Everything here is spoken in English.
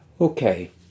Okay